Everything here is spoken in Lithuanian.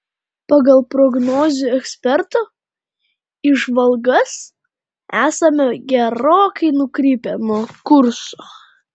pagal prognozių ekspertų įžvalgas esame gerokai nukrypę nuo kurso